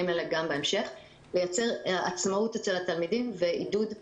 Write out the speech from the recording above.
האלה גם בהמשך לייצר עצמאות אצל התלמידים ועידוד מעורבות.